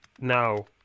now